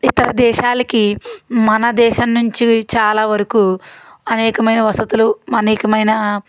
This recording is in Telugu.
ఇతర దేశాలకి మన దేశం నుంచి చాలా వరకు అనేకమైన వసతులు అనేకమైన